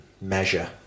measure